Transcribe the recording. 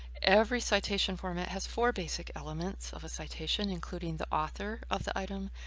every citation format has four basic elements of a citation, including the author of the item,